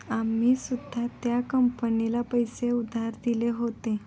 आम्ही सुद्धा त्या कंपनीला पैसे उधार दिले होते